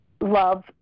love